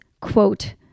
quote